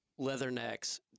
leathernecks